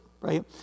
right